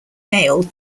mail